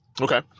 Okay